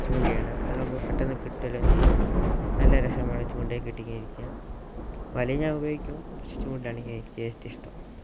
ചൂണ്ടയാണ് അതാവുമ്പോൾ പെട്ടെന്ന് കിട്ടല്ലേം ചെയ്യും നല്ല രസമാണ് ചൂണ്ടിയൊക്കെ ഇട്ട് ഇങ്ങനെ ഇരിക്കാൻ വലയും ഞാൻ ഉപയോഗിക്കും പക്ഷെ ചൂണ്ടെയാണെങ്കിൽ എനിക്ക് ഏറ്റവും ഇഷ്ടം